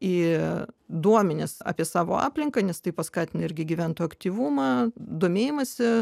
į duomenis apie savo aplinką nes tai paskatina irgi gyventojų aktyvumą domėjimąsi